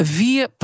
vier